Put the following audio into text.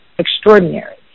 Extraordinary